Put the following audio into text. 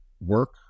work